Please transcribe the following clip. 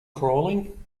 crawling